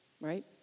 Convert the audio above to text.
right